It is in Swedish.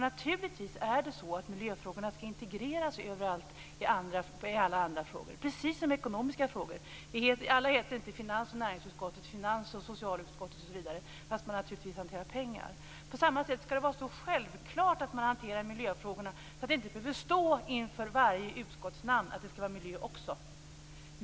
Naturligtvis skall miljöfrågorna integreras med alla andra frågor på precis samma sätt som ekonomiska frågor. Det heter inte finans och näringsutskottet, finans och socialutskottet osv., fast de naturligtvis hanterar pengar. På samma sätt skall det vara så självklart att man hanterar miljöfrågorna att det inte i varje utskottsnamn behöver stå också miljö.